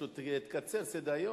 פשוט התקצר סדר-היום.